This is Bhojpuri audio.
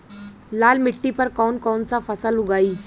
लाल मिट्टी पर कौन कौनसा फसल उगाई?